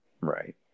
Right